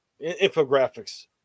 infographics